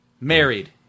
married